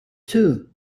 two